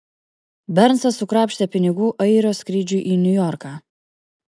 bernsas sukrapštė pinigų airio skrydžiui į niujorką